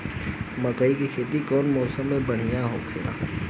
मकई के खेती कउन मौसम में बढ़िया होला?